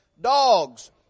dogs